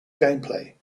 gameplay